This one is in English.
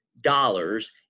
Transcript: dollars